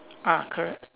ah correct